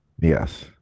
Yes